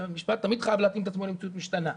משפט תמיד חייב להתאים את עצמו למציאות משתנה.